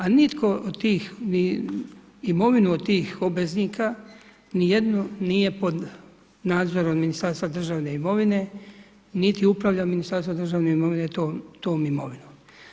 A nitko od tih, imovinu od tih obveznika ni jedna nije pod nadzorom Ministarstva državne imovine, niti upravlja Ministarstvo državne imovine tom imovinom.